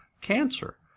cancer